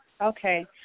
Okay